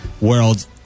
world